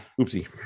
Oopsie